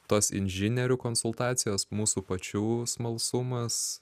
tos inžinierių konsultacijos mūsų pačių smalsumas